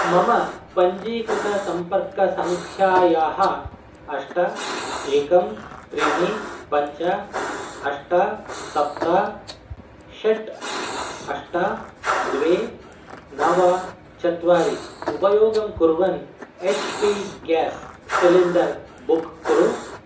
मम पञ्जीकृतसम्पर्कसङ्ख्यायाः अष्ट एकं त्रीणि पञ्च अष्ट सप्त षट् अष्ट द्वे नव चत्वारि उपयोगं कुर्वन् H P gas cylinder book कुरु